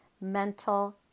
mental